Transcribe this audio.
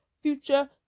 future